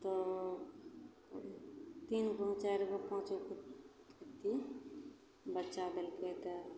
तऽ तीन गो चारि गो पाँच गो कुतिओ बच्चा देलकै तऽ